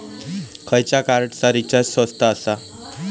खयच्या कार्डचा रिचार्ज स्वस्त आसा?